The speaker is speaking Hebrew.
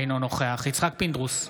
אינו נוכח יצחק פינדרוס,